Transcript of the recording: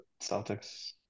Celtics